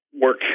work